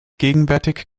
gegenwärtig